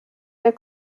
der